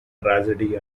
tragedy